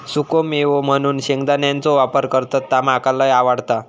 सुखो मेवो म्हणून शेंगदाण्याचो वापर करतत ता मका लय आवडता